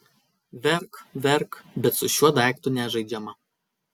verk verk bet su šiuo daiktu nežaidžiama